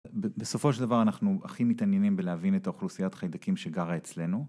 בסופו של דבר אנחנו הכי מתעניינים בלהבין את האוכלוסיית חיידקים שגרה אצלנו.